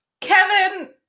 Kevin